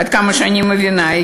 עד כמה שאני מבינה,